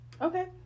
Okay